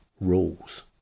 Rules